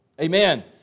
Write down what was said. Amen